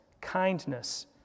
kindness